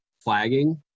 flagging